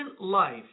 life